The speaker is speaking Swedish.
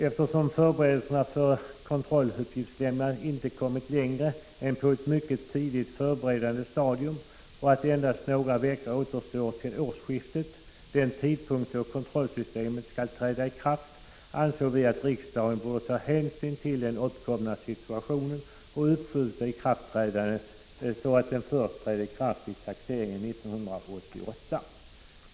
Eftersom förberedelserna för ett kontrolluppgiftslämnande inte kommit längre än till ett mycket tidigt förberedande stadium och med hänsyn till att endast några veckor återstår till årsskiftet — den tidpunkt då kontrollsystemet skall träda i kraft — ansåg vi att riksdagen borde ta hänsyn till den uppkomna situationen och uppskjuta ikraftträdandet till taxeringen 1988.